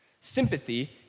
Sympathy